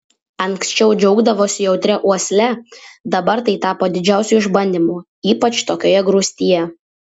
anksčiau džiaugdavosi jautria uosle dabar tai tapo didžiausiu išbandymu ypač tokioje grūstyje